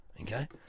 Okay